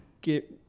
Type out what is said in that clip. get